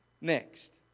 next